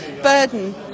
Burden